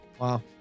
Wow